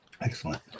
Excellent